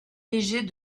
légers